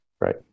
right